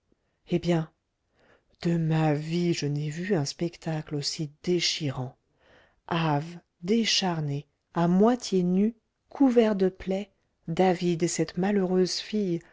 eh bien de ma vie je n'ai vu un spectacle aussi déchirant hâves décharnés à moitié nus couverts de plaies david et cette malheureuse fille